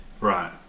Right